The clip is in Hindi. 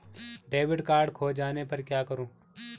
डेबिट कार्ड खो जाने पर क्या करूँ?